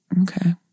Okay